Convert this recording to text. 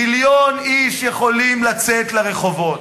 מיליון איש יכולים לצאת לרחובות,